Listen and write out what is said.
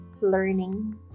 learning